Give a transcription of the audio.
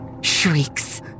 Shrieks